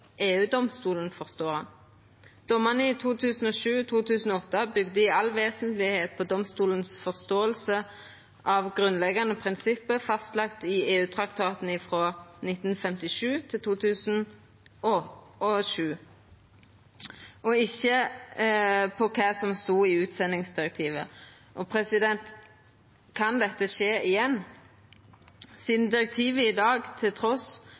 forstår han. Domarane i 2007/2008 bygde i det alt vesentlege på domstolens forståing av grunnleggjande prinsipp fastlagde i EU-traktaten frå 1957 til 2007, og ikkje på kva som stod i utsendingsdirektivet. Kan dette skje igjen? Sidan direktivet i dag